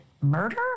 murder